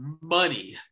money